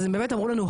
אז הם באמת אמרו לנו,